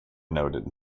noted